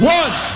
one